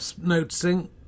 noticing